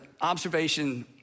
observation